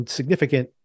significant